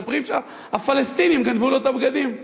מספרים שהפלסטינים גנבו לו את הבגדים.